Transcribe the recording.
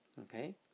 Okay